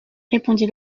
répondit